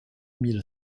mille